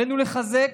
עלינו לחזק,